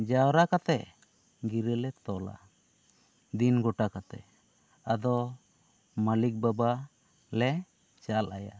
ᱡᱟᱣᱨᱟ ᱠᱟᱛᱮᱜ ᱜᱤᱨᱟᱹ ᱞᱮ ᱛᱚᱞᱟ ᱫᱤᱱ ᱜᱚᱴᱟ ᱠᱟᱛᱮᱜ ᱟᱫᱚ ᱢᱟᱹᱞᱤᱠ ᱵᱟᱵᱟ ᱞᱮ ᱪᱟᱞ ᱟᱭᱟ